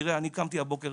תראה אני קמתי הבוקר